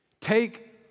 Take